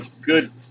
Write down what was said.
good